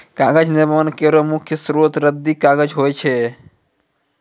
कागज निर्माण केरो मुख्य स्रोत रद्दी कागज होय छै